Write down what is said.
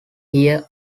here